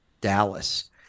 Dallas